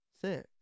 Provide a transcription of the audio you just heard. Six